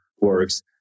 works